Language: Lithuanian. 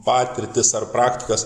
patirtis ar praktikas